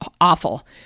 awful